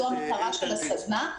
זה המטרה של הסדנה,